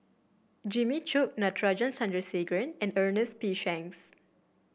Jimmy Chok Natarajan Chandrasekaran and Ernest P Shanks